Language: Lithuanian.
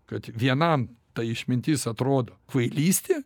kad vienam ta išmintis atrodo kvailystė